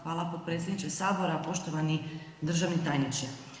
Hvala, potpredsjedniče Sabora, poštovani državni tajniče.